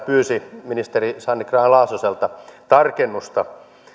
pyysi ministeri sanni grahn laasoselta tarkennusta